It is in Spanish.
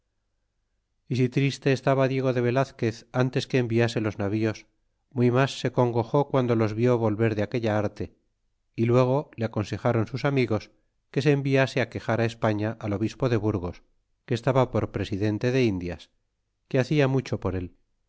y si triste estaba el diego velazquet ntes que enviase loe navíos muy mas se congojó guando los vió volver de aquel arte y luego le aconsejáron sus amigos que se enviase quejar españa al obispo de burgos que estaba por presidente de indias que hacia mucho por él